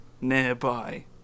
nearby